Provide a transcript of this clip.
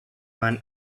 man